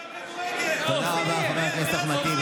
חזרת לדבר על כדורגל.